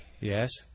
Yes